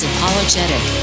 Apologetic